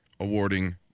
awarding